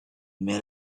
made